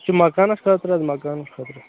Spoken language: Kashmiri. یہ چھُ مَکانَس خٲطرٕ حظ مَکانَس خٲطرٕ